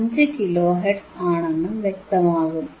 5 kilohertz ആണെന്നും വ്യക്തമാകും